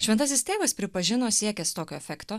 šventasis tėvas pripažino siekęs tokio efekto